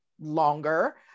longer